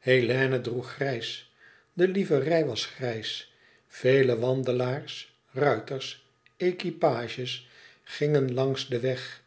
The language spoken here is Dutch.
hélène droeg grijs de liverei was grijs vele wandelaars ruiters equipages gingen langs den weg